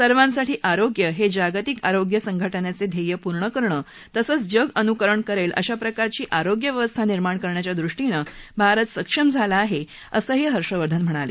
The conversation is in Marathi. सर्वांसाठी आरोग्य हे जागतिक आरोग्य संघटनेचं ध्येय पूर्ण करणं तसंच जग अनुकरण करेल अशा प्रकराची आरोग्य व्यवस्था निर्माण करण्याच्या दृष्टीनं भारत सक्षम झाला आहे असंही हर्षवर्धन म्हणाले